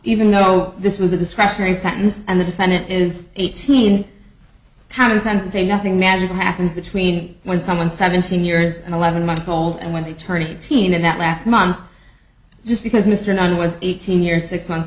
even though this was a discretionary sentence and the defendant is eighteen how many times they say nothing magical happens between when someone seventeen years and eleven months old and when they turn eighteen in that last month just because mr nunn was eighteen years six months